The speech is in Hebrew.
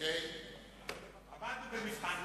עמדנו במבחן.